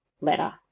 letter